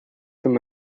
them